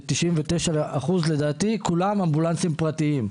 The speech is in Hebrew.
ולדעתי 99% מהם אמבולנסים פרטיים.